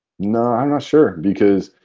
no, i'm not sure because